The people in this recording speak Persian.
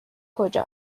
کجا